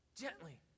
gently